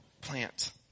plant